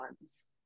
ones